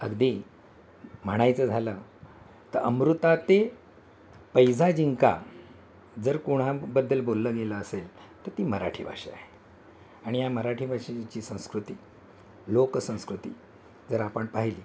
अगदी म्हणायचं झालं तर अमृताते पैजा जिंका जर कोणाबद्दल बोललं गेलं असेल तर ती मराठी भाषा आहे आणि या मराठी भाषेची संस्कृती लोकसंस्कृती जर आपण पाहिली